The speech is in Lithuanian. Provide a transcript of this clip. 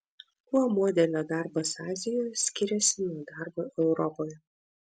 kuo modelio darbas azijoje skiriasi nuo darbo europoje